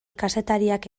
kazetariak